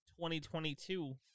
2022